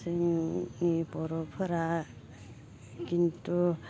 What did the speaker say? जोंनि बर'फोरा खिन्थु